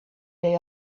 they